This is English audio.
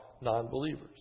non-believers